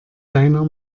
deiner